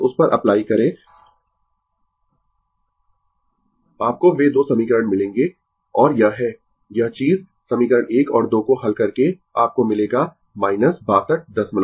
बस उस पर अप्लाई करें आपको वे 2 समीकरण मिलेंगें और यह है यह चीज समीकरण 1 और 2 को हल करके आपको मिलेगा 6267